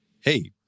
hey